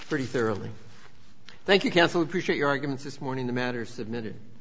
pretty thoroughly thank you counsel appreciate your arguments this morning the matter submitted